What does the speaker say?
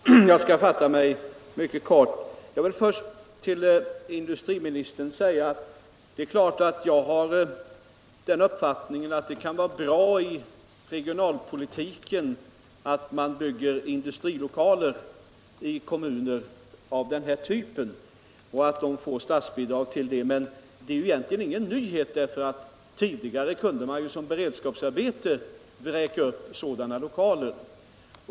Herr talman! Jag skall fatta mig mycket kort. Jag vill först till industriministern säga att det är klart att jag har uppfattningen att det kan vara bra i regionalpolitiken att bygga industrilokaler i kommuner av den här typen, och att de får statsbidrag till det. Men det är egentligen ingen nyhet. därför att tidigare kunde man som beredskapsarbete vräka upp sådana lokaler.